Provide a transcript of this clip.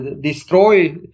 destroy